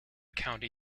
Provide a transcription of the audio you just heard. county